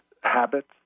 habits